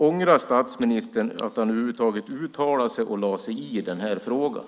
Ångrar statsministern att han över huvud taget uttalade sig och lade sig i den här frågan?